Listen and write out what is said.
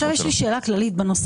יש לי שאלה כללית.